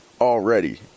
already